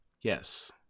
yes